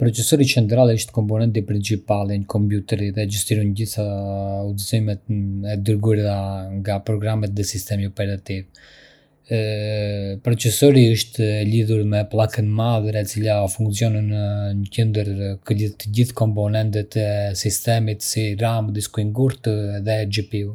Procesori Centrale (CPU) është komponenti principale i një kompjuteri dhe gestiron të gjitha udhëzimet e dërguara nga programet dhe sistemi operativ. CPU është e lidhur me pllakën madre, e cila funksionon si një qendër që lidh të gjithë komponentët e sistemit, si RAM, disku i ngurtë dhe GPU,